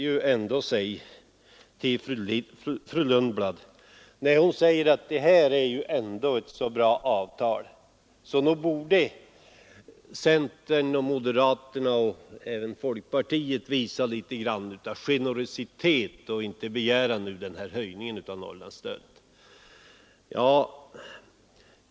Fru Lundblad säger att här har man fått ett så bra avtal, så nog borde centern, moderaterna och även folkpartiet visa litet generositet och inte begära denna höjning av Norrlandsstödet.